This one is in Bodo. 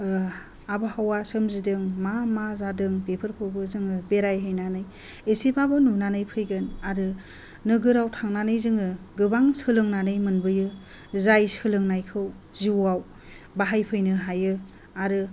आबहावा सोमजिदों मा मा जादों बेफोरखौबो जोङो बेरायहैनानै एसेबाबो नुनानै फैगोन आरो नोगोरआव थांनानै जोङो गोबां सोलोंनानै मोनबोयो जाय सोलोंनायखौ जिउआव बाहायफैनो हायो आरो